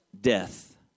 death